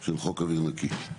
של חוק אוויר נקי.